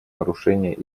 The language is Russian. нарушения